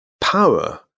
power